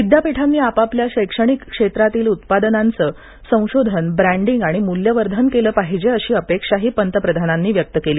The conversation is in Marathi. विद्यापीठांनी आपापल्या शैक्षणिक क्षेत्रातील उत्पादनांच संशोधन ब्रँडिंग आणि मूल्यवर्धन केलं पाहिजे अशी अपेक्षा पंतप्रधानानी व्यक्त केली